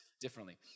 differently